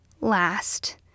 last